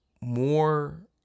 more